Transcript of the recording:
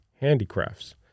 handicrafts